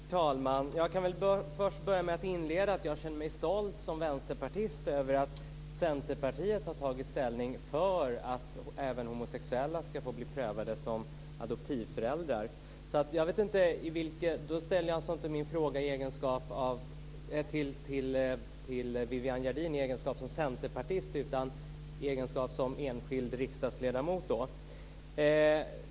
Fru talman! Jag ska inleda med att jag känner mig stolt som vänsterpartist över att Centerpartiet har tagit ställning för att även homosexuella ska få bli prövade som adoptivföräldrar. Då ställer jag inte min fråga till Viviann Gerdin i hennes egenskap av centerpartist utan i egenskap av enskild riksdagsledamot.